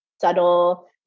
subtle